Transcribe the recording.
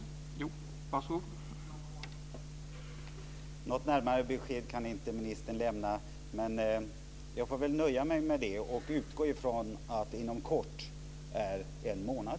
Herr talman! Inom kort, säger ministern. Något närmare besked kan hon inte lämna. Men jag får väl nöja mig med det och utgå ifrån att inom kort är högst en månad.